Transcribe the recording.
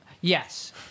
yes